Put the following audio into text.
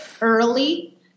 early